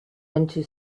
into